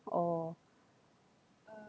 oh